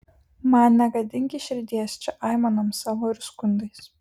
man negadinki širdies čia aimanom savo ir skundais